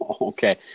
okay